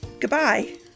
goodbye